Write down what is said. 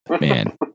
man